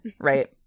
right